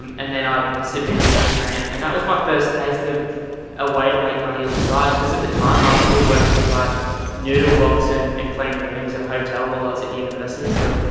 um and then i submitted that grant and that was my first taste of a way to make money on the side because at the time i was still working at like noodle box in and cleaning rooms at a hotel while i was at university still.